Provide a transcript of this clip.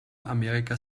amerika